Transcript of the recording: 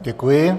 Děkuji.